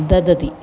ददति